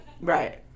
Right